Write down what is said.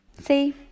See